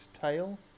tail